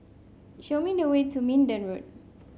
show me the way to Minden Road